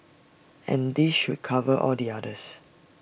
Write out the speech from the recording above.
and this should cover all the others